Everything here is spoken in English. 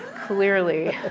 clearly